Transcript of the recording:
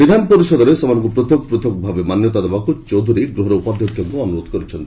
ବିଧାନ ପରିଷଦରେ ସେମାନଙ୍କୁ ପୃଥକ୍ ପୃଥକ୍ ଭାବେ ମାନ୍ୟତା ଦେବାକୁ ଚୌଧୁରୀ ଗୃହର ଉପାଧ୍ୟକ୍ଷଙ୍କୁ ଅନୁରୋଧ କରିଛନ୍ତି